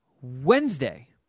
Wednesday